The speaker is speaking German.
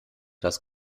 das